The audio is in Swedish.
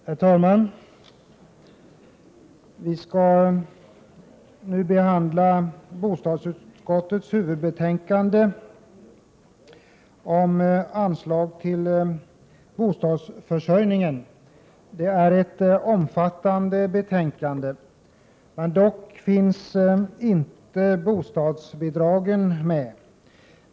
Herr talman! Vi skall nu behandla bostadsutskottets huvudbetänkande om anslag till bostadsförsörjningen. Det är ett omfattande betänkande — dock finns inte bostadsbidragen med.